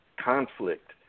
conflict